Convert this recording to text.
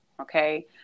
okay